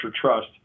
trust